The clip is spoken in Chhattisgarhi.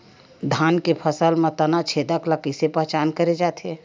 धान के फसल म तना छेदक ल कइसे पहचान करे जाथे?